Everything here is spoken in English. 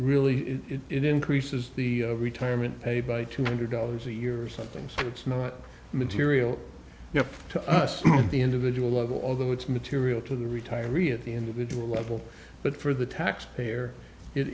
really it increases the retirement pay by two hundred dollars a year or something so it's not material to us at the individual level although it's material to the retiree at the individual level but for the taxpayer it